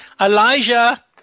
Elijah